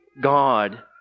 God